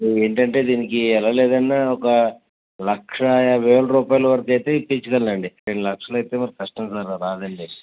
ఏంటంటే దీనికి ఎలాగ లేదన్న ఒక లక్ష యాభై వేలు రూపాయలు వరకు అయితే ఇప్పించగలను అండి రెండు లక్షల అయితే కష్టము సార్ రాదు అండి